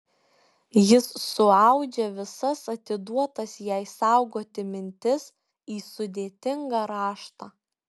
jis suaudžia visas atiduotas jai saugoti mintis į sudėtingą raštą